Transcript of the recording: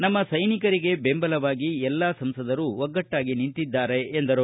ನಮ್ಮ ಸೈನಿಕರಿಗೆ ಬೆಂಬಲವಾಗಿ ಎಲ್ಲ ಸಂಸದರು ಒಗ್ಗಟ್ಲಾಗಿ ನಿಂತಿದ್ದಾರೆ ಎಂದರು